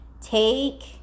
Take